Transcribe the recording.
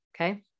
Okay